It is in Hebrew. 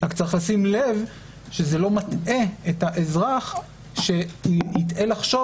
רק צריך לשים לב שזה לא מטעה את האזרח שיטעה לחשוב